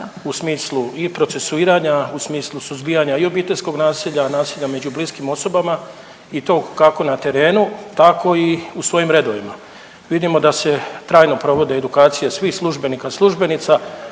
u smislu i procesuiranja, u smislu suzbijanja i obiteljskog nasilja, nasilja među bliskim osobama i to kako na terenu, tako i u svojim redovima. Vidimo da se trajno provode edukacije svih službenika, službenica,